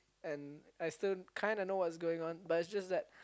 and I still kinda know what's going on but is just that